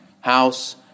house